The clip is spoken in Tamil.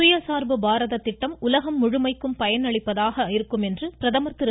சுயசார்பு பாரத திட்டம் உலகம் முழுமைக்கும் பயனளிப்பதாக இருக்கும் என்று பிரதமர் திரு